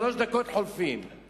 שלוש דקות חולפות,